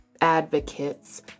advocates